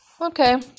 Okay